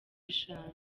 eshanu